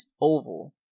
Oval